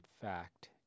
fact